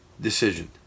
decision